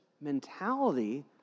mentality